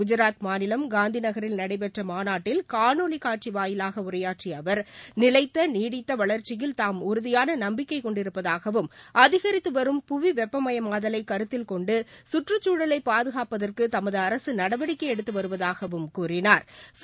குஐராத் மாநிலம் காந்திநகரில் நடைபெற்ற மாநாட்டில் காணொலி காட்சி வாயிலாக உரையாற்றிய அவர் நிலைத்த நீடித்த வளர்ச்சியில் தாம் உறுதியாள நம்பிக்கை கொண்டிருப்பதாகவும் அதிகரித்து வரும் புவி வெப்பமாயமாதலை கருத்தில் கொண்டு சுற்றுச்சூழலை பாதுகாப்பதற்கு தமது அரசு நடவடிக்கை எடுத்து வருவதாகவும் கூறினாா்